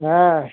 हाँ